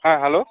হ্যাঁ হ্যালো